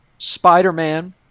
Spider-Man